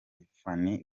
phanny